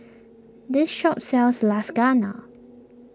this shop sells Lasagna